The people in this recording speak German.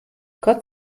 gott